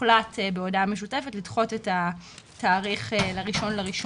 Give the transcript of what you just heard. הוחלט בהודעה משותפת לדחות את התאריך ל- 1 בינואר